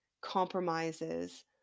compromises